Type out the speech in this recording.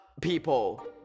people